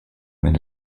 wenn